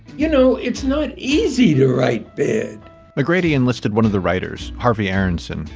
you know, it's not easy to write bad mcgrady enlisted one of the writers, harvey aaronson,